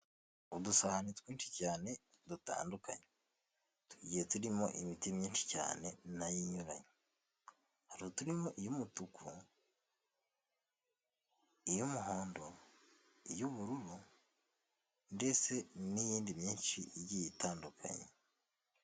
Udusahani twinshi cyane dutandukanye, tugiye turimo imiti myinshi cyane na yo inyuranye, hari uturimo iy'umutuku, iy'umuhondo, iy'ubururu ndetse n'iyindi myinshi igiye itandukanye.